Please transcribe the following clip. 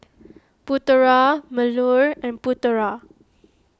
Putera Melur and Putera